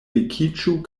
vekiĝu